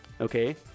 Okay